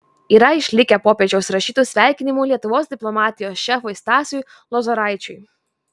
yra išlikę popiežiaus rašytų sveikinimų lietuvos diplomatijos šefui stasiui lozoraičiui